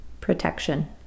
protection